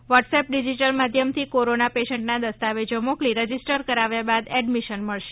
WhatsApp digital માધ્યમથી corona પેશન્ટના દસ્તાવેજો મોકલી રજીસ્ટર કરાવ્યા બાદ એડમીશન મળશે